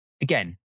again